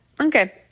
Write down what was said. Okay